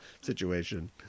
situation